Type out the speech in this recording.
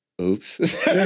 oops